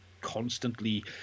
constantly